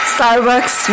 Starbucks